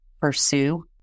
pursue